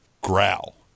growl